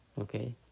okay